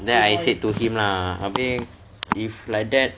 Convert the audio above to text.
then I said to him lah habis if like that